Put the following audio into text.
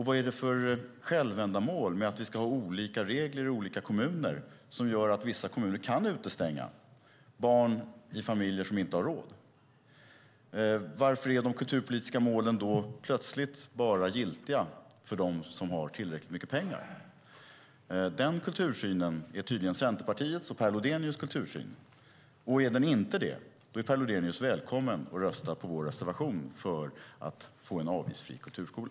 Vad är det för självändamål att vi ska ha olika regler i olika kommuner som gör att vissa kommuner kan utestänga barn i familjer som inte har råd? Varför är de kulturpolitiska målen plötsligt bara giltiga för dem som har tillräckligt mycket pengar? Den kultursynen är tydligen Centerpartiets och Per Lodenius kultursyn. Är den inte det är Per Lodenius välkommen att rösta på vår reservation för att få en avgiftsfri kulturskola.